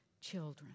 children